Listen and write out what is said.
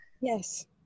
yes